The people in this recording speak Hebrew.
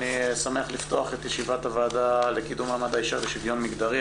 אני שמח לפתוח את ישיבת הוועדה לקידום מעמד האישה ושוויון מגדרי,